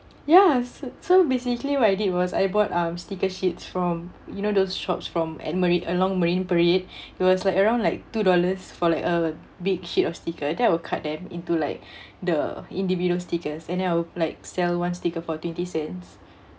ya so so basically what I did was I bought um sticker sheets from you know those shops from at mari~ along marine parade it was like around like two dollars for like a big sheet of sticker then I will cut them into like the individual stickers and then I will like sell one sticker for twenty cents